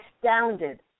Astounded